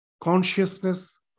Consciousness